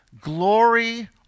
glory